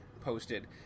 posted